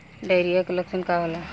Diarrhoea के लक्षण का होला?